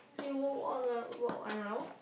so you walk one round